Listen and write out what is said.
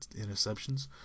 interceptions